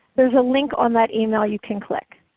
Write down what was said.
there is a link on that email you can click.